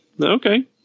Okay